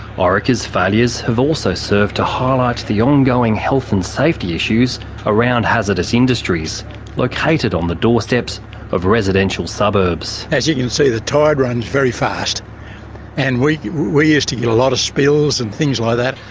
orica's failures have also served to highlight the ongoing health and safety issues around hazardous industries located on the doorsteps of residential suburbs. as you can see, the tide runs very fast and we we used to get a lot of spills and things like that.